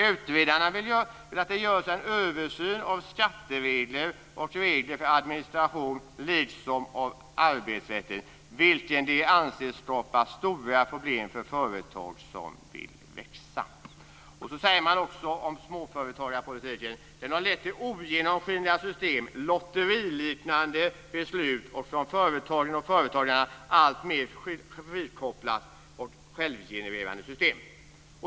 - Utredarna vill att det görs en översyn av skatteregler och regler för administration liksom av arbetsrätten, vilken de anser skapar stora problem för företag som vill växa." Så säger man om småföretagarpolitiken: "'Det har lett till ogenomskinliga system, lotteriliknande beslut och ett från företagen och företagarna allt mer frikopplat och självgenererande system.'"